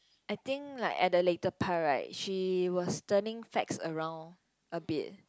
I think like at the later part right she was turning facts around a bit